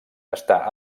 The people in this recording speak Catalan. està